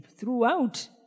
throughout